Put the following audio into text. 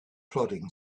plodding